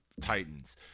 Titans